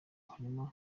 harimo